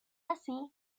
así